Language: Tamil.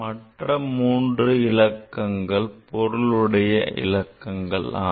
மற்ற மூன்று இலக்கங்கள் பொருளுடைய இலக்கங்கள் ஆகும்